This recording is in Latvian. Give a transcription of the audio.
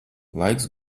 laiks